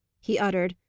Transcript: he uttered,